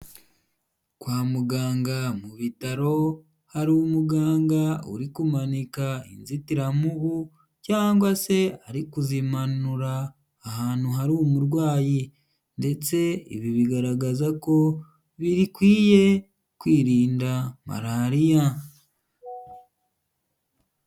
Kwa muganga mu bitaro hari umuganga uri kumanika inzitiramubu, cyangwa se ari kuzimanura ahantu hari umurwayi ndetse ibi bigaragaza ko bikwiye kwirinda malariya.